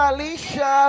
Alicia